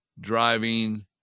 driving